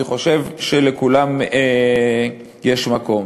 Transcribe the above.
אני חושב שלכולם יש מקום.